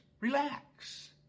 Relax